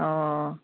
অঁ